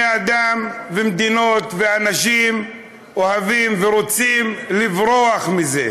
אדם ומדינות ואנשים אוהבים ורוצים לברוח מהם,